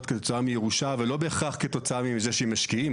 כתוצאה מירושה ולא בהכרח כתוצאה מזה שהם משקיעים,